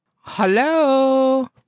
Hello